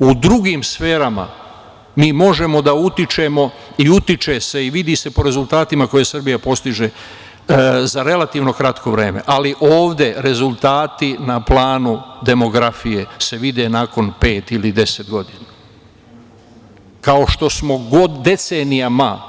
U drugim sferama mi možemo da utičemo i utiče se i vidi se po rezultatima koje Srbija postiže za relativno kratko vreme, ali ovde rezultati na planu demografije se vide nakon pet ili deset godina, kao što smo decenijama,